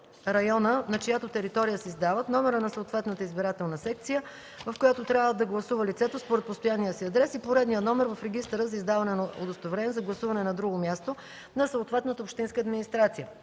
на чиято територия се издават, номера на съответната избирателна секция, в която трябва да гласува лицето според постоянния си адрес, и поредния номер в регистъра за издаване на удостоверения за гласуване на друго място на съответната общинска администрация.